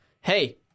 Hey